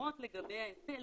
לפחות לגבי ההיטל